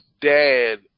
dad